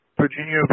Virginia